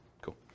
Cool